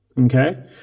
okay